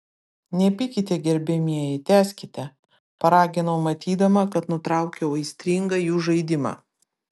nepykite gerbiamieji tęskite paraginau matydama kad nutraukiau aistringą jų žaidimą